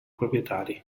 proprietari